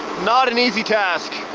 not an easy task.